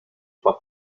trois